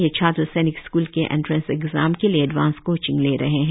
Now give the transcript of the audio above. यह छात्र सैनिक स्कूल के एंटरेंस परीक्षा के लिए एडवांस कोचिंग ले रहे है